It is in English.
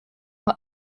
are